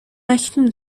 اکنون